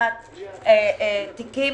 ופתיחת תיקים,